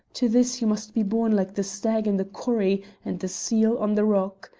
to this you must be born like the stag in the corrie and the seal on the rock.